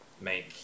make